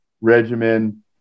regimen